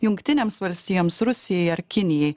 jungtinėms valstijoms rusijai ar kinijai